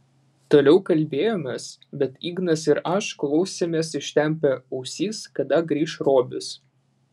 toliau kalbėjomės bet ignas ir aš klausėmės ištempę ausis kada grįš robis